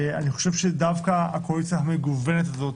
אני חושב שדווקא הקואליציה המגוונת הזאת